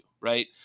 right